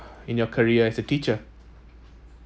in your career as a teacher